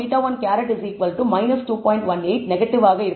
18 நெகட்டிவாக இருக்கலாம்